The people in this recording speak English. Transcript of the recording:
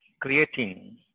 creating